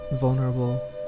vulnerable